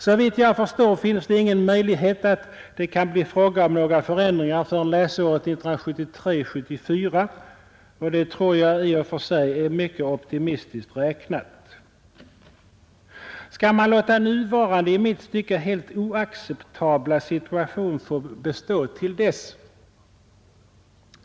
Såvitt jag förstår finns det ingen möjlighet att det kan bli fråga om några förändringar förrän läsåret 1973/74, och det tror jag i och för sig är mycket optimistiskt räknat. Skall man låta nuvarande i mitt tycke helt oacceptabla situation få bestå till dess?